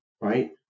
right